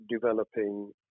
developing